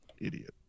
idiot